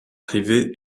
privé